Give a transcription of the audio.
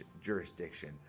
jurisdiction